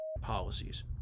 policies